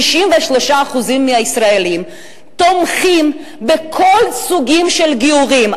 63% מהישראלים תומכים בכל הסוגים של הגיורים,